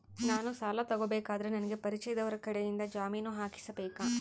ನಾನು ಸಾಲ ತಗೋಬೇಕಾದರೆ ನನಗ ಪರಿಚಯದವರ ಕಡೆಯಿಂದ ಜಾಮೇನು ಹಾಕಿಸಬೇಕಾ?